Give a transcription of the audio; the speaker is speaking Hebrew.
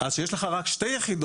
אז כשיש לך רק 2 יחידות,